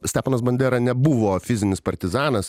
steponas bandera nebuvo fizinis partizanas